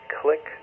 click